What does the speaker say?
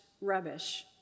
rubbish